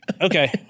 okay